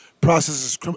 processes